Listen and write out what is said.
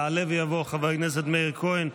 יעלה ויבוא חבר הכנסת מאיר כהן,